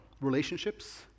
relationships